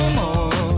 more